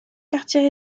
quartiers